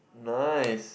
nice